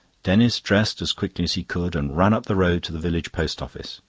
denis dressed as quickly as he could and ran up the road to the village post office.